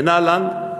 מנא לן?